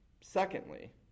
secondly